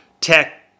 tech